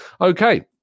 Okay